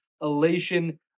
elation